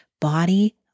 body